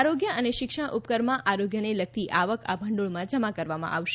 આરોગ્ય અને શિક્ષણ ઉપકરમાં આરોગ્યને લગતી આવક આ ભંડોળમાં જમા કરવામાં આવશે